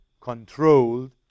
controlled